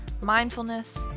mindfulness